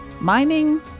Mining